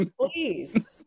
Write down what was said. Please